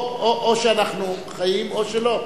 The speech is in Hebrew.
או שאנחנו חיים או שלא.